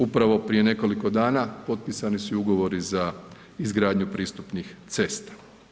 Upravo prije nekoliko dana potpisani su ugovori za izgradnju pristupnih cesta.